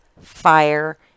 fire